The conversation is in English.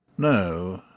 no,